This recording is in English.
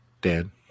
Dan